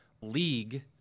League